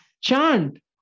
Chant